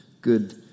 good